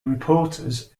reporters